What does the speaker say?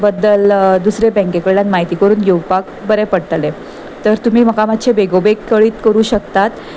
बद्दल दुसरे बँके कडल्यान म्हायती करून घेवपाक बरें पडटलें तर तुमी म्हाका मात्शे बेगोबेग कळीत करूं शकतात